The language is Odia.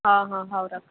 ହଁ ହଁ ହେଉ ରଖ